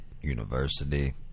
University